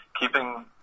keeping –